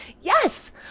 Yes